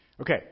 Okay